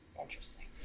Interesting